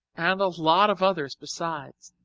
and a lot of others besides.